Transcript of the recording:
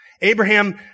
Abraham